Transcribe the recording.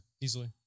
easily